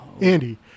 Andy